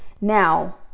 now